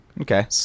Okay